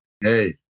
hey